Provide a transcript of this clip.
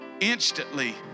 Instantly